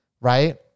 right